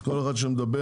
אז כל אחד שידבר,